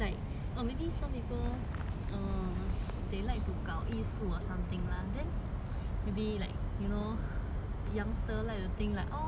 they like to 搞艺术 or something lah then maybe like you know youngster like to think like orh they want to sing and dance what